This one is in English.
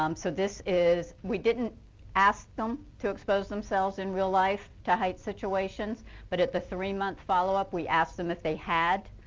um so this is we didn't ask them to expose themselves in real life to height situation but at the three months follow-up we asked if they had,